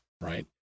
right